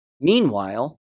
Meanwhile